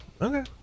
okay